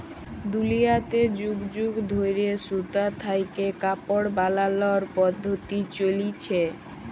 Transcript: দুলিয়াতে যুগ যুগ ধইরে সুতা থ্যাইকে কাপড় বালালর পদ্ধতি চইলছে